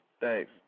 Thanks